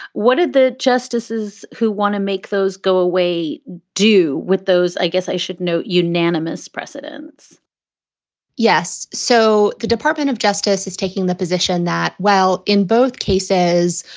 what did the justices who want to make those go away do with those? i guess i should note unanimous precedence yes. so the department of justice is taking the position that, well, in both cases,